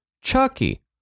Chucky